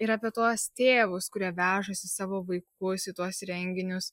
ir apie tuos tėvus kurie vežasi savo vaikus į tuos renginius